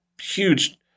huge